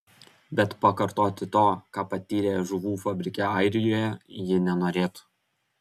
bet pakartoti to ką patyrė žuvų fabrike airijoje ji nenorėtų